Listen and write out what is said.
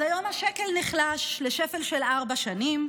אז היום השקל נחלש לשפל של ארבע שנים,